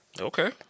Okay